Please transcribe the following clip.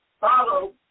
follow